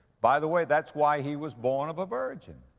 by the way, that's why he was born of a virgin.